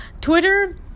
Twitter